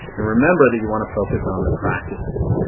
and remember that you want to focus on the practices.